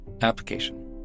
Application